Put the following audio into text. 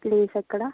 place ఎక్కడ